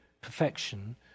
perfection